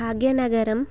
भाग्यनगरं